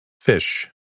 Fish